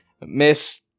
Miss